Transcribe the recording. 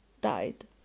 died